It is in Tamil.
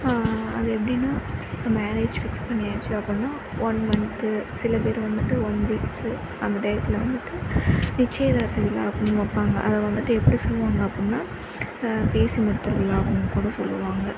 அது எப்படின்னா இப்போ மேரேஜ் ஃபிக்ஸ் பண்ணியாச்சு அப்படின்னா ஒன் மந்த்து சில பேர் வந்துட்டு ஒன் வீக்ஸு அந்த டையத்தில் வந்துட்டு நிச்சயதார்த்த விழா அப்படின்னு வைப்பாங்க அதை வந்துட்டு எப்படி சொல்லுவாங்க அப்படின்னா பேசி முடித்துடலாம் அப்படின்னு கூட சொல்லுவாங்க